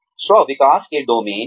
स्व विकास के डोमेन